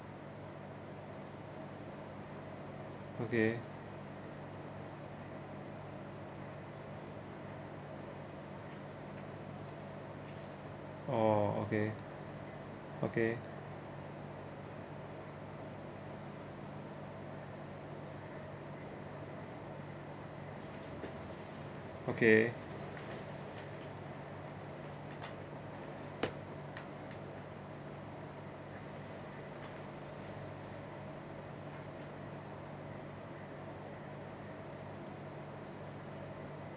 okay oh okay okay okay